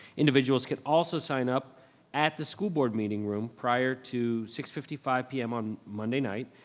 individuals can also sign up at the school board meeting room prior to six fifty five p m. on monday night,